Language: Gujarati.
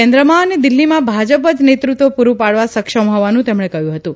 કેન્દ્રમાં અને દિલ્હીમાં ભાજપ જ નેતૃત્વ પુરૂ પાડવા સક્ષમ હોવાનું તેમણે કહ્યું હતું